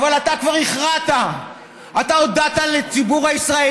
אתה ראש הממשלה הראשון בתולדות מדינת